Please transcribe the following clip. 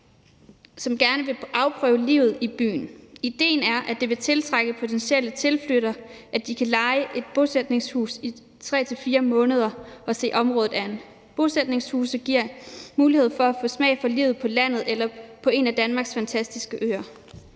som gerne vil afprøve livet i byen. Idéen er, at det vil tiltrække potentielle tilflyttere, at de kan leje et bosætningshus i 3-4 måneder og se området an. Bosætningshuse giver mulighed for at få smag for livet på landet eller på en af Danmarks fantastiske øer.